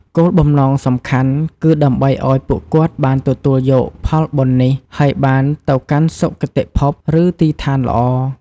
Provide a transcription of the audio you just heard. គោលបំណងសំខាន់គឺដើម្បីឲ្យពួកគាត់បានទទួលយកផលបុណ្យនេះ ហើយបានទៅកាន់សុគតិភព ឬទីឋានល្អ។